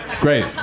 Great